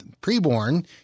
pre-born